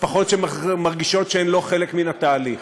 משפחות שמרגישות שהן לא חלק מן התהליך,